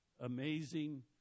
amazing